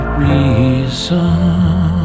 reason